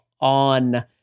on